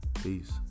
Peace